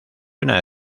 una